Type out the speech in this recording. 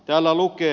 täällä lukee